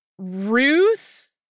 Ruth